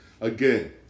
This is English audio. again